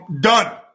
done